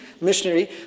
missionary